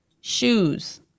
Shoes